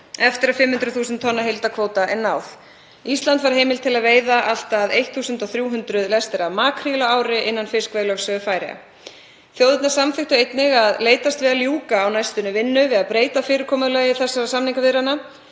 eftir að 500.000 tonna heildarkvóta er náð. Ísland fær heimild til að veiða allt að 1.300 lestir af makríl á ári innan fiskveiðilögsögu Færeyja. Þjóðirnar samþykktu einnig að leitast við að ljúka á næstunni vinnu við að breyta fyrirkomulagi þessara samningaviðræðna.